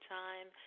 time